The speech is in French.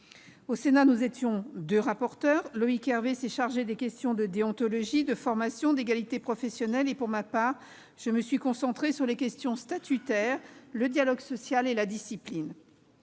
Au Sénat, nous étions deux rapporteurs : Loïc Hervé s'est chargé des questions de déontologie, de formation, d'égalité professionnelle, et, pour ma part, je me suis concentrée sur les questions statutaires, le dialogue social et la discipline.